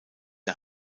der